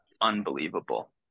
unbelievable